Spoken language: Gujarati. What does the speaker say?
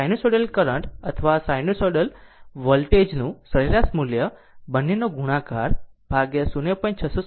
સાઈનુસાઇડલ કરંટ અથવા વોલ્ટેજ નું સરેરાશ મૂલ્ય બંનેનો ગુણાકાર 0